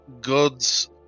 Gods